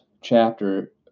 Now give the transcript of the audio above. chapter